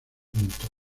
juntos